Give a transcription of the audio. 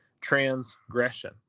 transgression